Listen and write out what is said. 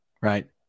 right